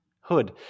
Hood